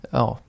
ja